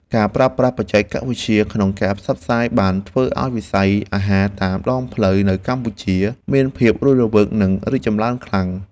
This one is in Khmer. ការប្រើប្រាស់បច្ចេកវិទ្យាក្នុងការផ្សព្វផ្សាយបានធ្វើឱ្យវិស័យអាហារតាមដងផ្លូវនៅកម្ពុជាមានភាពរស់រវើកនិងរីកចម្រើនខ្លាំង។